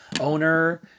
owner